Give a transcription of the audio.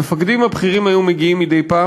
המפקדים הבכירים היו מגיעים מדי פעם